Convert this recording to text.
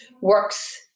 works